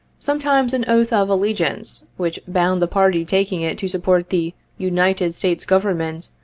sometimes an oath of allegiance, which bound the party taking it to support the united states government,